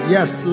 Yes